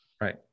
right